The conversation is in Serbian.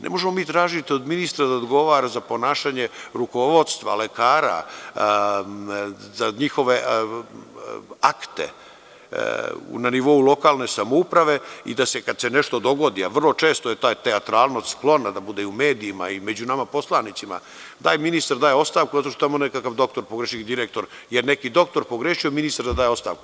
Ne možemo mi tražiti od ministra da odgovara za ponašanje rukovodstva lekara, za njihove akte na nivou lokalne samouprave i da se kad se nešto dogodi, a vrlo često je ta teatralnost sklona da bude i u medijima i među nama poslanicama, ministre, daj ostavku, zato što je tamo nekakav doktor pogrešio, direktor, neki doktor je pogrešio, a ministar da daje ostavku.